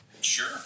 Sure